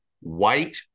white